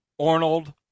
Arnold